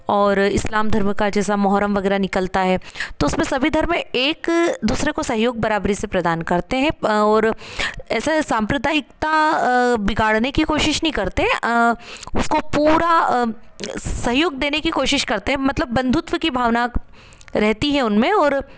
और इस्लाम धर्म का जैसा मोहर्रम वगैरह निकलता है तो उसमें सभी धर्म एक दूसरे को सहयोग बराबरी से प्रदान करते हैं और ऐसा है सांप्रदायिकता बिगाड़ने की कोशिश नहीं करते उसको पूरा सहयोग देने की कोशिश करते हैं मतलब बंधुत्व की भावना रहती है उनमें और